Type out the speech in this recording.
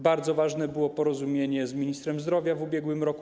Bardzo ważne było porozumienie z ministrem zdrowia w ubiegłym roku.